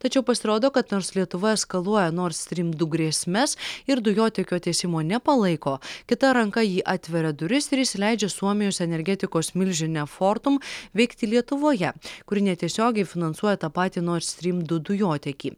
tačiau pasirodo kad nors lietuva eskaluoja nor strym du grėsmes ir dujotiekio tiesimo nepalaiko kita ranka ji atveria duris ir įsileidžia suomijos energetikos milžinę fortum veikti lietuvoje kuri netiesiogiai finansuoja tą patį nord strym du dujotiekį